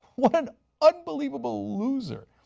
what an unbelievable loser.